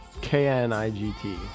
K-N-I-G-T